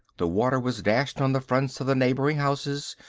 the water was dashed on the fronts of the neighbouring houses,